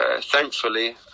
thankfully